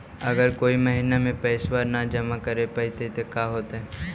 अगर कोई महिना मे पैसबा न जमा कर पईबै त का होतै?